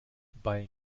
bei